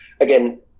Again